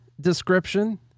description